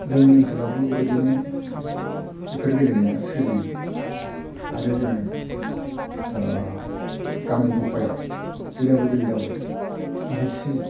जोंनि ओनसोलावबो बेबायदिनो बेफोर गेलेनाया सोलियो आरो जोङो गामि गफायाव गेलेदावै गेलेदावै गिदिरसिन